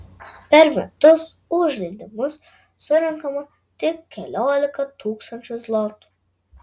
per metus už leidimus surenkama tik keliolika tūkstančių zlotų